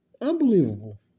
Unbelievable